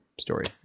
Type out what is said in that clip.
story